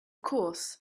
course